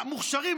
המוכשרים,